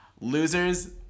Losers